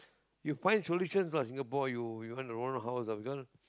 you find solutions lah Singapore you you want to own a house ah because